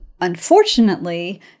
unfortunately